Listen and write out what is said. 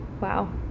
Wow